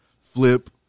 flip